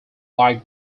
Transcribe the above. lie